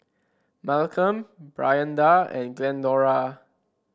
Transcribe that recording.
Malcolm Brianda and Glendora